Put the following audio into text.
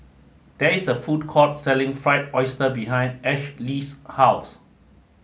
there is a food court selling Fried Oyster behind Ashlee's house